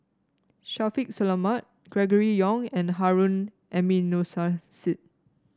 Shaffiq Selamat Gregory Yong and Harun Aminurrashid